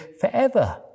forever